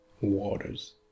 waters